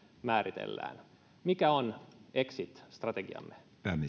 määritellään mikä on exit strategiamme